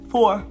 Four